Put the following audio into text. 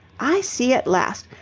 i see at last.